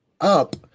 up